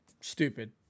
Stupid